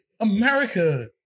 America